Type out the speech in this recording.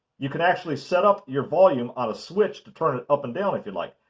you can actually set up your volume on a switch to turn it up and down if you like.